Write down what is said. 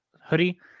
hoodie